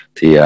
Thì